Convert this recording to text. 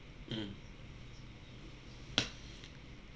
mm